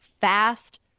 fast